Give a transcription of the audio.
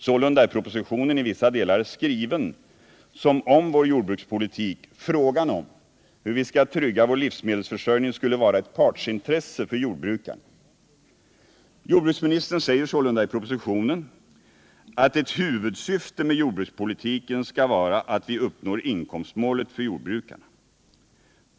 Sålunda är propositionen i vissa delar skriven som om vår jordbrukspolitik, frågan om hur vi skall trygga vår livsmedelsförsörjning, skulle vara ett partsintresse för jordbrukarna. Jordbruksministern säger sålunda i propositionen att ett huvudsyfte med jordbrukspolitiken skulle vara att vi uppnår inkomstmålet för jordbrukarna.